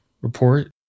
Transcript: report